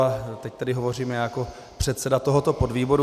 A teď tedy hovořím já jako předseda tohoto podvýboru.